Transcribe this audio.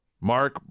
Mark